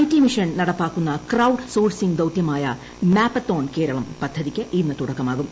T mission നടപ്പാക്കുന്ന crowdsourcing ദൌത്യമായ mapathon Keralam പ്രദ്ധതിക്ക് ഇന്ന് തുടക്കമാകും